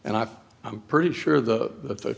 and i'm pretty sure the